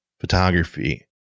photography